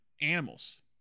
animals